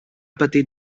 patit